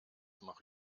mache